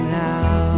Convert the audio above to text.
now